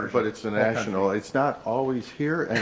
but it's a national. it's not always here. and